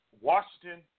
Washington